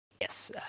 Yes